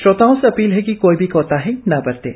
श्रोताओं से अपील है कि कोई भी कोताही न बरतें